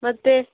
ಮತ್ತೆ